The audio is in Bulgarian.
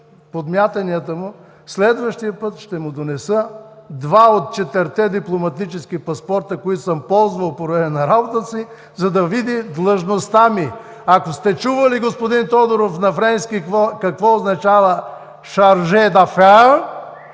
подмятанията му следващия път ще му донеса два от четирите дипломатически паспорта, които съм ползвал по време на работата си, за да види длъжността ми. Ако сте чували, господин Тодоров, на френски какво означава „chargé